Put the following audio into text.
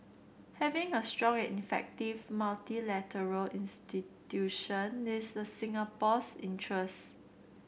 having a strong and effective multilateral institution is a Singapore's interest